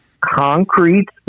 concrete